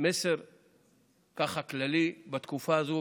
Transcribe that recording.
במסר ככה כללי בתקופה הזאת.